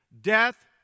Death